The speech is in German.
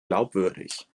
glaubwürdig